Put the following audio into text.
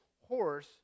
horse